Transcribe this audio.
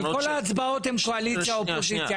כל ההצבעות הן קואליציה-אופוזיציה.